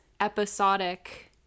episodic